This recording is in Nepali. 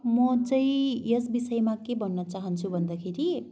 म चाहिँ यस विषयमा के भन्न चाहन्छु भन्दाखेरि